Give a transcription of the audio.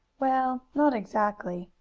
well, not exactly,